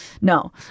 no